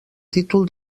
títol